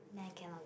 then I cannot keep